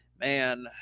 Man